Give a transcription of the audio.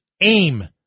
Aim